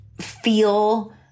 feel